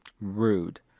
Rude